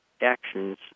actions